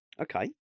Okay